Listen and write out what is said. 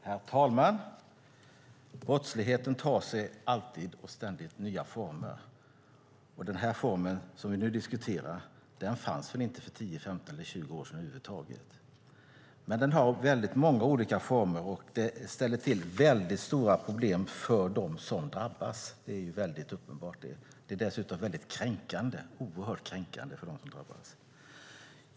Herr talman! Brottsligheten tar sig ständigt nya former. Den form som vi nu diskuterar fanns väl inte för 10, 15 eller 20 år sedan. Den tar sig dock många olika gestalter, och det ställer till stora problem för dem som drabbas. Det är dessutom oerhört kränkande för dem som drabbas.